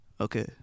okay